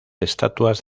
estatuas